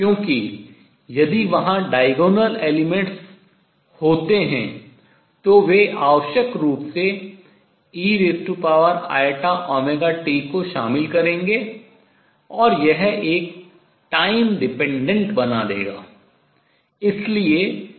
क्योंकि यदि वहाँ diagonal elements होते हैं तो वे आवश्यक रूप से eiωt को शामिल करेंगे और यह एक time dependent काल आश्रित बना देगा